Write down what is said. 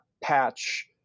patch